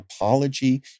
apology